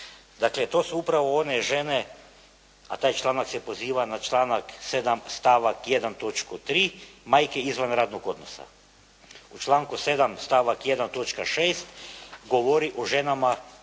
Dakle to su upravo one žene a taj članak se poziva na članak 7. stavak 1. točku 3. majke izvan radnog odnosa. U članku 7., stavak 1., točka 6. govori o ženama